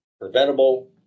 preventable